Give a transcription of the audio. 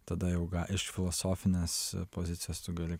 tada jau iš filosofinės pozicijos tu gali